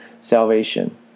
salvation